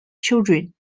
children